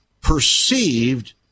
perceived